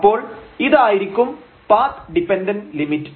അപ്പോൾ ഇതായിരിക്കും path dependent limit